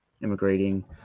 immigrating